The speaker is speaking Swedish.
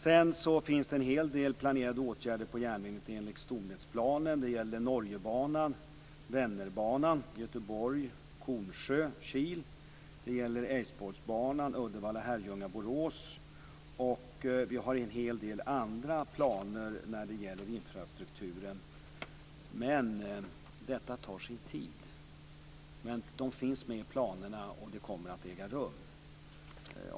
Sedan finns det en hel del planerade åtgärder på järnvägen enligt stomnätsplanen. Det gäller Norgebanan Kil. Det gäller Älvsborgsbanan Uddevalla-Herrljunga-Borås, och vi har en hel del andra planer när det gäller infrastrukturen, men detta tar sin tid. Men det finns med i planerna, och det kommer att äga rum.